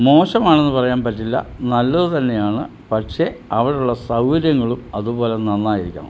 മോശമാണെന്ന് പറയാൻ പറ്റില്ല നല്ലതു തന്നെയാണ് പക്ഷേ അവിടെയുള്ള സൗകര്യങ്ങളും അതുപോലെ നന്നായിരിക്കണം